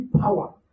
power